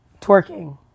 twerking